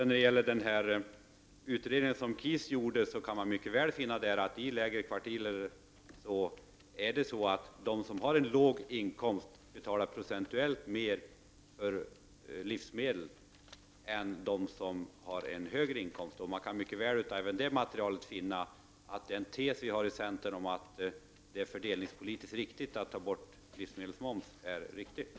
När det gäller den utredning som KIS gjorde kan man faktiskt finna att det i lägre inkomstkvartil förhåller sig så att man betalar procentuellt större andel av sin inkomst för livsmedel än vad de gör som har högre inkomst. Av det materialet kan man också finna att centerns tes om att det är fördelningspolitiskt riktigt att avveckla livsmedelsmomsen är en riktig tes.